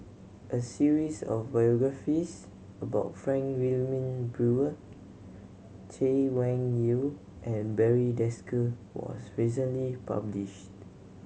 a series of biographies about Frank Wilmin Brewer Chay Weng Yew and Barry Desker was recently published